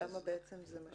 למה זה משפיע?